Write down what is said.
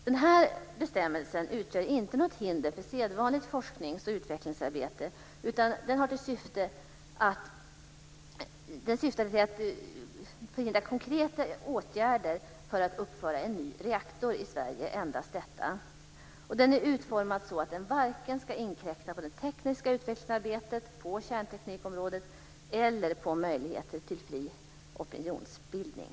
Den bestämmelsen utgör inte något hinder för sedvanligt forsknings och utvecklingsarbete utan den syftar endast till att förhindra konkreta åtgärder för att uppföra en ny reaktor i Sverige. Den är utformad så att den varken ska inkräkta på det tekniska utvecklingsarbetet på kärnteknikområdet eller på möjligheter till fri opinionsbildning.